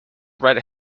red